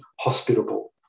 hospitable